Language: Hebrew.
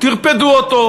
טרפדו אותו.